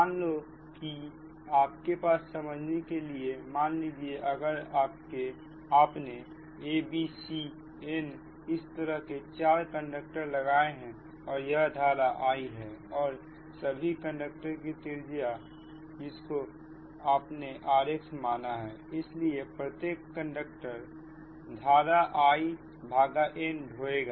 मान लो कि आपके पास समझने के लिए मान लीजिए अगर आपने a b c n इस तरह के चार कंडक्टर लगाए हैं और यह धारा I है और सभी कंडक्टर की त्रिज्या जिसको आपने rxमाना है इसलिए प्रत्येक कंडक्टर धारा In ढोएगा